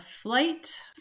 flight